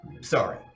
Sorry